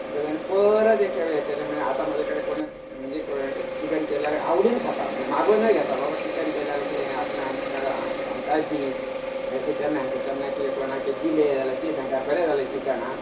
म्हणटकच हांवे परत एक हें केलें आतां म्हजे कडेन कोणय म्हणजे चिकन केलें जाल्यार आवडीन खातां म्हणजे मागोनूय घेतात म्हणजे चिकन केलां आपणांक आमकांय दी अशें केन्नाय कोणाकय दिलें जाल्यार ती सांगतात बरें जालें चिकन हां